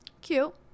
Cute